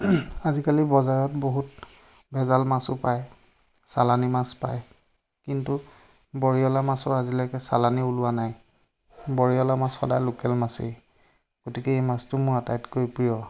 আজিকালি বজাৰত বহুত ভেজাল মাছো পায় চালানি মাছ পায় কিন্তু বৰিয়লা মাছৰ আজিলৈকে চালানি ওলোৱা নাই বৰিয়লা মাছ সদায় লোকেল মাছেই গতিকে সেই মাছটো মোৰ আটাইতকৈ প্ৰিয়